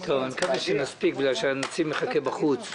אני מקווה שנספיק, בגלל שהנציב מחכה בחוץ.